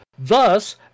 Thus